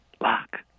lock